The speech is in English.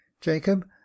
jacob